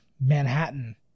Manhattan